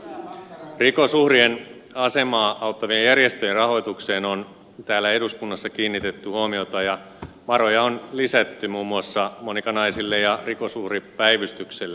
rikoksen uhrien asemaa auttavien järjestöjen rahoitukseen on täällä eduskunnassa kiinnitetty huomiota ja varoja on lisätty muun muassa monika naisille ja rikosuhripäivystykselle